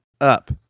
up